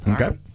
okay